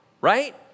right